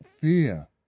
fear